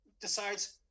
decides